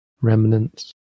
remnants